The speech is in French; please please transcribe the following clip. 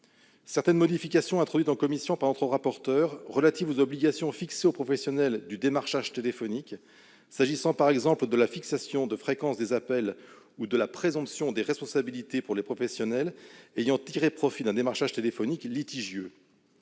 certaines modifications introduites en commission par notre rapporteur relatives aux obligations imposées aux professionnels du démarchage téléphonique, s'agissant par exemple de la fixation de la fréquence des appels ou de la présomption de responsabilité s'appliquant aux professionnels ayant tiré profit d'un démarchage téléphonique litigieux.